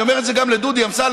אני אומר את זה גם לדודי אמסלם,